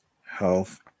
health